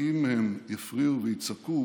שאם הם יפריעו ויצעקו